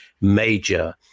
major